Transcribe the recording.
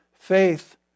Faith